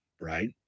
right